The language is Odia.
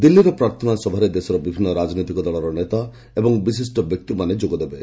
ଦିଲ୍ଲୀର ପ୍ରାର୍ଥନା ସଭାରେ ଦେଶର ବିଭିନ୍ନ ରାଜନୈତିକ ଦଳର ନେତା ଏବଂ ବିଶିଷ୍ଟ ବ୍ୟକ୍ତିମାନେ ଯୋଗଦେବେ